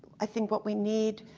i think what we need,